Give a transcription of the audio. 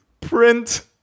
print